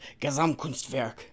Gesamtkunstwerk